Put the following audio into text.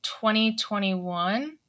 2021